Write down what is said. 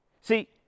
See